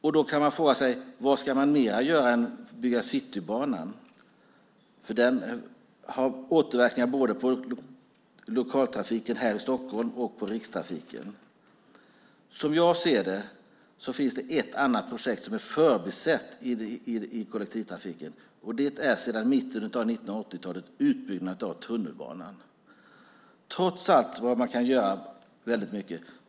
Vad ska man då göra mer än att bygga Citybanan, som har återverkningar både på lokaltrafiken här i Stockholm och på rikstrafiken? Som jag ser det finns det ett annat projekt som är förbisett i kollektivtrafiken sedan mitten av 1980-talet, nämligen utbyggnaden av tunnelbanan. Ändå kan man här göra väldigt mycket.